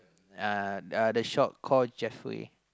uh the shop call Jefri